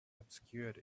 obscured